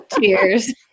Cheers